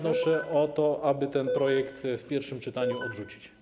wnoszę o to, aby ten projekt w pierwszym czytaniu odrzucić.